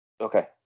Okay